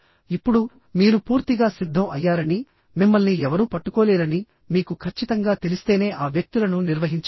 ఇప్పుడు మీరు పూర్తిగా సిద్ధం అయ్యారని మిమ్మల్ని ఎవరూ పట్టుకోలేరని మీకు ఖచ్చితంగా తెలిస్తేనే ఆ వ్యక్తులను నిర్వహించవచ్చు